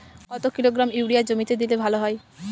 কত kilogram urea জমিতে দিলে ভালো হয়?